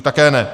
Také ne.